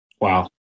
Wow